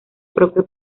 propio